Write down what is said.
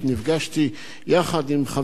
יחד עם חבר הכנסת חמד עמאר,